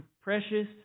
precious